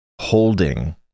Holding